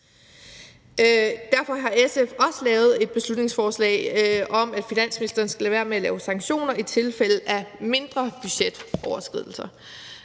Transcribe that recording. Derfor har SF også lavet et beslutningsforslag om, at finansministeren skal lade være med at lave sanktioner i tilfælde af mindre budgetoverskridelser.